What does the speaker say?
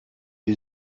die